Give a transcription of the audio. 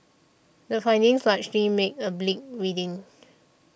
the findings largely make a bleak reading